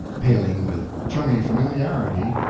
hailing with chummy familiarity,